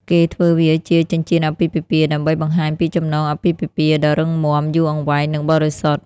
គេធ្វើវាជា ចិញ្ចៀនអាពាហ៍ពិពាហ៍ដើម្បី បង្ហាញពីចំណងអាពាហ៍ពិពាហ៍ដ៏រឹងមាំ យូរអង្វែង និងបរិសុទ្ធ។